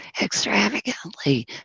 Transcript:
extravagantly